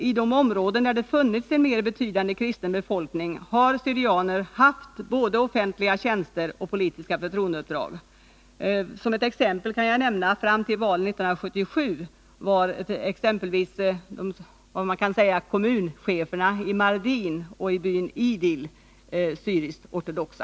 I de områden där det funnits betydligt fler kristna har syrianer haft både offentliga tjänster och politiska förtroendeuppdrag. Som ett exempel kan jag nämna att fram till valet 1977 var kommuncheferna — som man kan kalla dem — i Mardin och i byn Idil syrisk-ortodoxa.